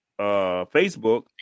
Facebook